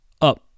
up